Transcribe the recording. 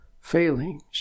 failings